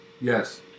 Yes